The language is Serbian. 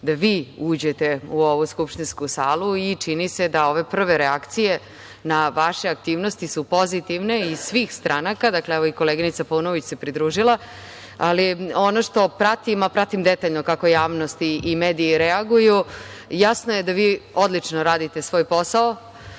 da vi uđete u ovu skupštinsku salu i čini se da ove prve reakcije na vaše aktivnosti su pozitivne iz svih stranaka. Dakle, evo i koleginica se pridružila, ali ono što pratim, a pratim detaljno kako javnost i mediji reaguju, jasno je da vi odlično radite svoj posao,